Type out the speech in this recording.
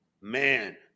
man